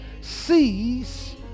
sees